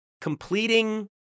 completing